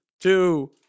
Two